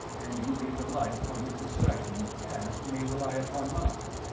and you may rely upon his discretion as you may rely upon mine.